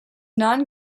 non